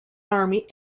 army